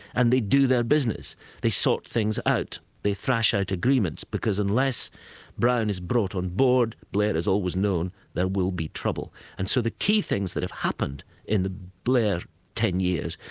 and they do their business they sort things out, they thrash out agreements because unless brown is brought on board, blair has always known, there will be trouble. and so the key things that have happened in the blair ten years,